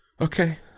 Okay